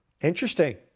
Interesting